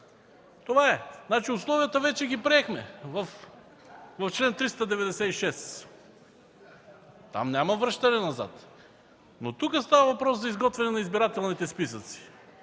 Това е. Условията вече ги приехме в чл. 396 – там няма връщане назад, но тук става въпрос за изготвяне на избирателните списъци.